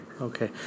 Okay